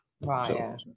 Right